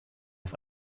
auf